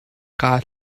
kaan